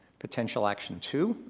potential action two,